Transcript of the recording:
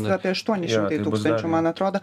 apie aštuoni šimtai tūkstančių man atrodo